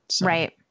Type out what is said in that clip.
Right